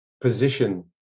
position